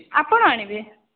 ଆପଣ ଆଣିବେ